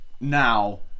Now